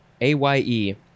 A-Y-E